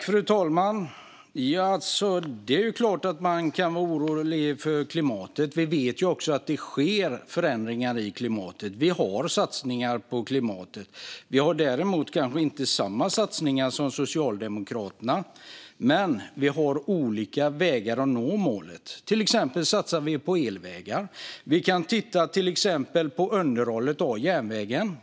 Fru talman! Det är klart att man kan vara orolig över klimatet. Vi vet också att det sker förändringar i klimatet, och vi har satsningar på klimatet. Däremot har vi kanske inte samma satsningar som Socialdemokraterna; vi har olika vägar att nå målet. Vi satsar till exempel på elvägar. Och vi kan titta på underhållet av järnvägen.